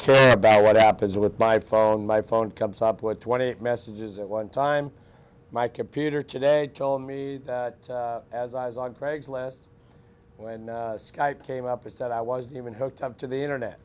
care about what happens with by phone my phone comes up with twenty eight messages at one time my computer today told me as i was on craig's list when skype came up and said i wasn't even hooked up to the internet